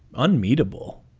unreadable,